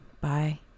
Bye